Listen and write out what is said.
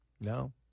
No